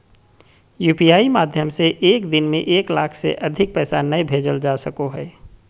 UPI माध्यम से एक दिन में एक लाख से अधिक पैसा नय भेजल जा सको हय